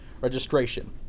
registration